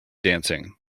dancing